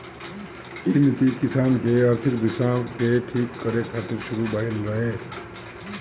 इ नीति किसान के आर्थिक दशा के ठीक करे खातिर शुरू भइल रहे